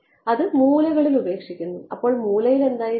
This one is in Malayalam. അത് മൂലകളിൽ ഉപേക്ഷിക്കുന്നു അപ്പോൾ മൂലയിൽ എന്തായിരിക്കണം